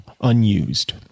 unused